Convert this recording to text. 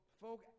folk